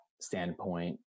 standpoint